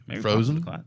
Frozen